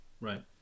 Right